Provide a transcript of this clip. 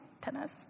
tennis